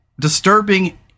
disturbing